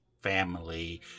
family